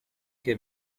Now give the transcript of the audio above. che